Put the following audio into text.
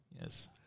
Yes